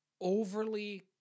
overly